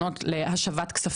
תודה.